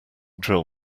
drill